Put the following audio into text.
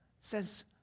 says